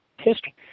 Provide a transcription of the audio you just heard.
history